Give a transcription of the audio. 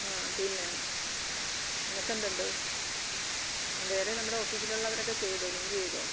ആ പിന്നെ നിനക്കെന്തൊണ്ട് വേറെ നമ്മുടെ ഓഫീസിലുള്ളവരൊക്കെ ചെയ്തോ ലിങ്ക് ചെയ്തോ